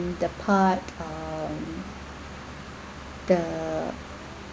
the part um the